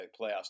playoffs